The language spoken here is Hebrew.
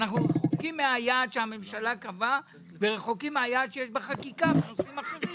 אנו רחוקים מהיעד שהממשלה קבעה ומהיעד שיש בחקיקה בנושאים אחרים.